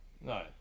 No